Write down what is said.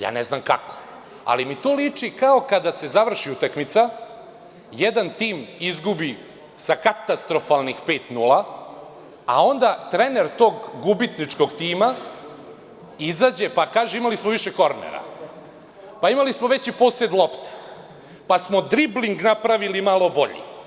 Ja ne znam kako, ali mi to liči kao kada se završi utakmica, jedan tim izgubi sa katastrofalnih 5:0, a onda trener tog gubitničkog tima izađe pa kaže – imali smo više kornera, imali smo veći posed lopte, dribling nam je bio malo bolji.